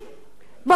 בחורים צעירים,